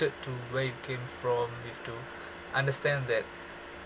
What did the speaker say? ~ted to where you came from with to understand that